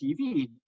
TV